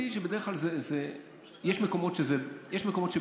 בדרך כלל יש מקומות שהמשטרה,